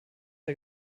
der